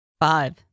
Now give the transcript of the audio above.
Five